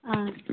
ꯑꯥ